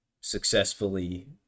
successfully